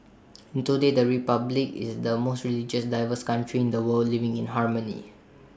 and today the republic is the most religiously diverse country in the world living in harmony